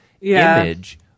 image